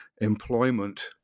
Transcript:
employment